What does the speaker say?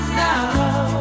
now